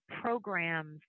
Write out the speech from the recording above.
programs